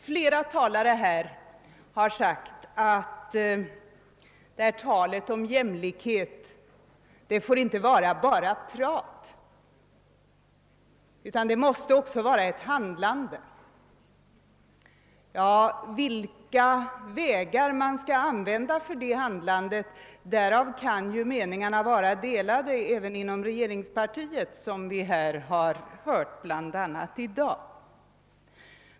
Flera talare har sagt att talet om jämlikhet inte får vara bara prat — det måste också handlas. Ja, meningarna om vilka vägar som vi därvid skall gå kan vara delade även inom regeringspartiet, som vi hört bl.a. i dag.